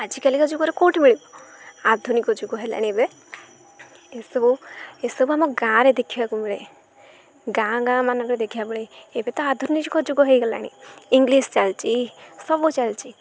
ଆଜିକାଲିିକା ଯୁଗରେ କେଉଁଠି ମିଳିବ ଆଧୁନିକ ଯୁଗ ହେଲାଣି ଏବେ ଏସବୁ ଏସବୁ ଆମ ଗାଁରେ ଦେଖିବାକୁ ମିଳେ ଗାଁ ଗାଁମାନରେ ଦେଖିବା ମିଳେ ଏବେ ତ ଆଧୁନିକ ଯୁଗ ଯୁଗ ହୋଇଗଲାଣି ଇଂଲିଶ୍ ଚାଲିଛି ସବୁ ଚାଲିଛି